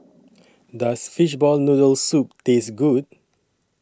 Does Fishball Noodle Soup Taste Good